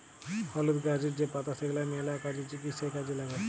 হলুদ গাহাচের যে পাতা সেগলা ম্যালা কাজে, চিকিৎসায় কাজে ল্যাগে